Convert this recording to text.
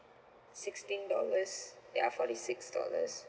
sixteen dollars ya forty six dollars